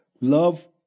love